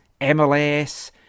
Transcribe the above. MLS